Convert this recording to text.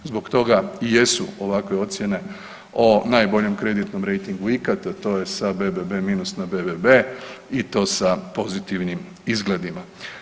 Zbog toga i jesu ovakve ocjene o najboljem kreditnom rejtingu ikad, a to je sad BBB- na BBB i to sa pozitivnim izgledima.